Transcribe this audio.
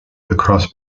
across